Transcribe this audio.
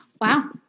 Wow